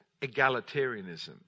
egalitarianism